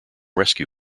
rescue